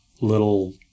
little